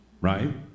right